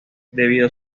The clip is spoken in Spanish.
debido